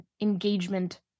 engagement